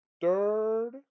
third